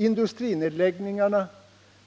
Industrinedläggningarna,